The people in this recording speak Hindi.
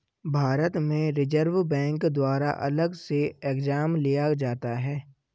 भारत में रिज़र्व बैंक द्वारा अलग से एग्जाम लिया जाता है